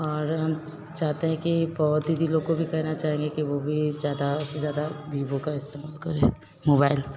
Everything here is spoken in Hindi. और हम चाहते हैं कि बहुत दीदी लोग को भी कहना चाहते हैं कि वे भी ज़्यादा से ज़्यादा वीवो का इस्तेमाल करें मोबाइल